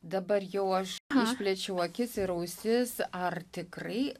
dabar jau aš išplėčiau akis ir ausis ar tikrai